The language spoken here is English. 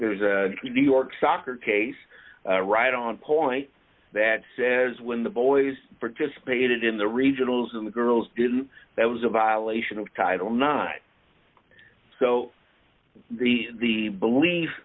there's a new york soccer case right on point d that says when the boys participated in the regionals and the girls didn't that was a violation of title not the the belief